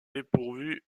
dépourvu